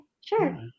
sure